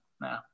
no